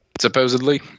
Supposedly